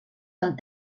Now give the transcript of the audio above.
amb